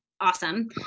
awesome